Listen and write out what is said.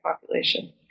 population